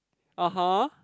(uh huh)